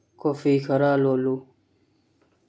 coffee ꯈꯔ ꯂꯣꯜꯂꯨ